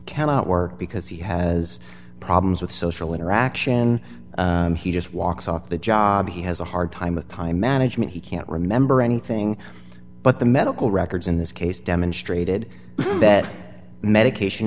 cannot work because he has problems with social interaction he just walks off the job he has a hard time with time management he can't remember anything but the medical records in this case demonstrated that medication